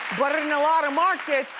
but in a lot of markets,